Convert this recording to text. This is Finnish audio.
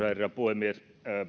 herra puhemies